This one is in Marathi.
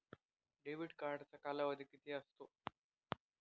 डेबिट कार्डचा कालावधी किती असतो?